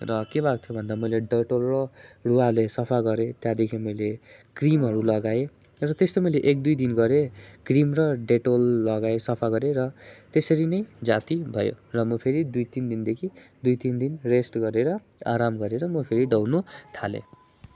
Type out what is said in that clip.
र के भएको थियो भन्दा मैले डेटोल र रुवाले सफा गरेँ त्यहाँदेखि मैले क्रिमहरू लगाएँ र त्यस्तो मैले एक दुई दिन गरेँ क्रिम र डेटोल लगाएँ सफा गरेँ र त्यसरी नै जाति भयो र म फेरि दुई तिन दिनदेखि दुई तिन दिन रेस्ट गरेर आराम गरेर म फेरि दौड्नु थालेँ